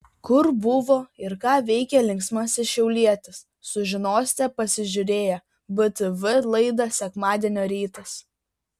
kur buvo ir ką veikė linksmasis šiaulietis sužinosite pasižiūrėję btv laidą sekmadienio rytas